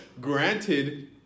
granted